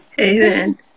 Amen